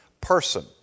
person